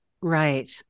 Right